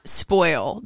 spoil